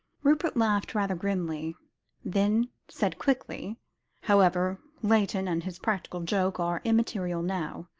rupert laughed rather grimly then said quickly however, layton and his practical joke are immaterial now.